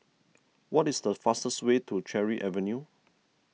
what is the fastest way to Cherry Avenue